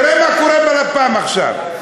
תראה מה קורה בלפ"מ עכשיו: